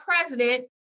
president